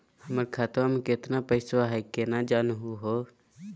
हमर खतवा मे केतना पैसवा हई, केना जानहु हो?